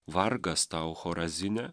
vargas tau chorazine